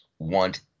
want